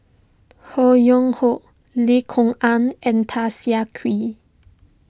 Ho Yuen Hoe Lim Kok Ann and Tan Siah Kwee